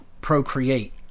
procreate